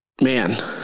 man